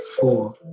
four